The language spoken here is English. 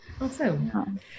Awesome